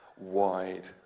wide